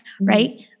right